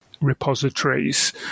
repositories